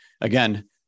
again